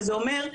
זה אומר,